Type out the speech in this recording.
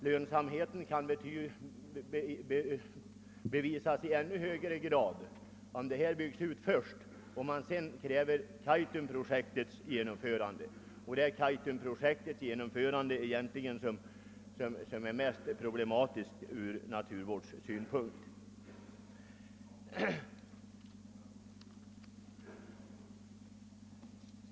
Lönsamheten blir nog ännu större, om det byggs ut först och man sedan kräver Kaitumprojektets genomförande, och det är egentligen Kaitumprojektet som är mest problematiskt ur naturvårdssynpunkt.